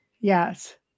Yes